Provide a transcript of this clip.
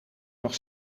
nog